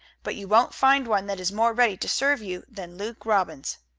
but you won't find one that is more ready to serve you than luke robbins.